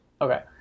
Okay